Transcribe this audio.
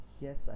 yes